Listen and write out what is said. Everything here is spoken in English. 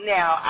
Now